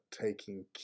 taking